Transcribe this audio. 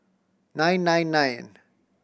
nine nine nine